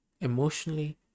emotionally